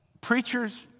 preachers